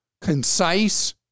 concise